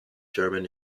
german